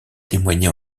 témoigner